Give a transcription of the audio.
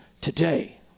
today